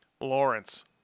Lawrence –